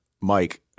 Mike